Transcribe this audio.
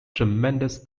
tremendous